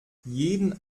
jeden